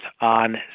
on